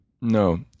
No